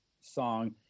song